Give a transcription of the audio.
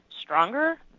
stronger